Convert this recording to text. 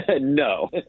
No